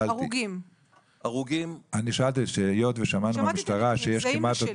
אני שאלתי שהיות ושמענו מהמשטרה שיש כמעט אותו